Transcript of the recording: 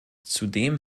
zudem